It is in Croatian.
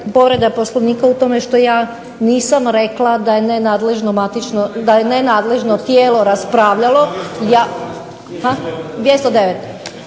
povreda Poslovnika u tome što ja nisam rekla da je nenadležno matično, da je